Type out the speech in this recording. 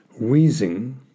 wheezing